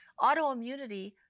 autoimmunity